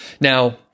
Now